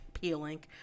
peeling